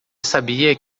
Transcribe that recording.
sabia